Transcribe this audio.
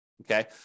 okay